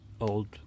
old